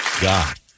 God